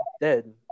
dead